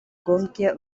гонке